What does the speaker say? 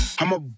I'ma